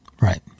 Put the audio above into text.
Right